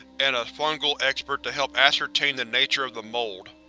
and a fungal expert to help ascertain the nature of the mold.